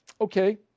okay